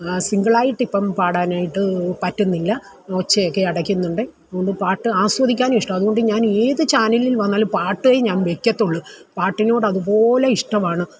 സിംഗിളായിട്ട് ഇപ്പം പാടാനായിട്ട് പറ്റുന്നില്ല ഒച്ചയൊക്കെ അടയ്ക്കുന്നുണ്ട് ഇന്ന് പാട്ട് ആസ്വദിക്കാൻ ഇഷ്ടമാ അതുകൊണ്ട് ഞാൻ ഏത് ചാനലിൽ വന്നാലും പാട്ടേ ഞാൻ വെയ്ക്കത്തുള്ളൂ പാട്ടിനോട് അതുപോലെ ഇഷ്ടമാണ്